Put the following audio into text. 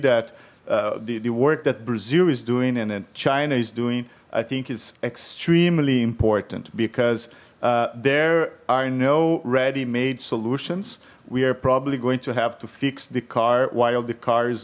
that the work that brazil is doing and in china is doing i think is extremely important because there are no ready made solutions we are probably going to have to fix the car while the car